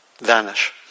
vanish